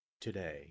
today